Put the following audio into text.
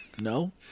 no